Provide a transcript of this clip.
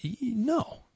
no